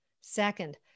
Second